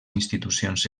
institucions